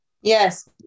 Yes